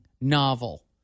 novel